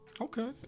okay